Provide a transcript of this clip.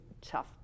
tough